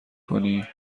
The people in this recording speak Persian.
کنی